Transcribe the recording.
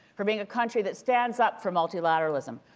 for being a country that stands up for multilateralism.